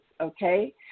okay